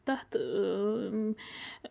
تَتھ